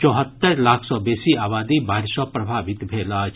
चौहत्तरि लाख सँ बेसी आबादी बाढ़ि सँ प्रभावित भेल अछि